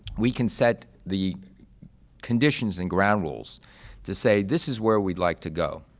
we can set the conditions and ground rules to say this is where we'd like to go.